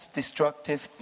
destructive